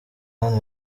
hano